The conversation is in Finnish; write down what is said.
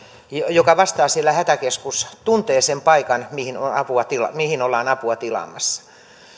joka vastaa siellä hätäkeskus tuntee sen paikan mihin ollaan apua tilaamassa